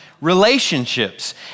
relationships